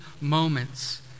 moments